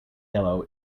yellow